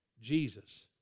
Jesus